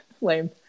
lame